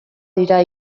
dira